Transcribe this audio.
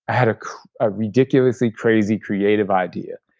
had ah a ridiculously crazy, creative idea.